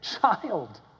child